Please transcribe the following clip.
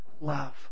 love